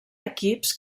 equips